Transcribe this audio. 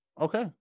Okay